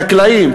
חקלאים,